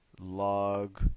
log